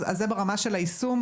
זה ברמת היישום,